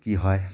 কী হয়